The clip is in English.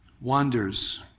wanders